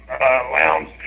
lounge